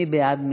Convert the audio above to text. מי בעד?